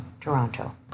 toronto